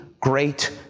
great